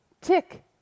Tick